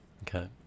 Okay